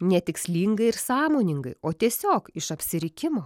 netikslingai ir sąmoningai o tiesiog iš apsirikimo